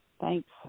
Thanks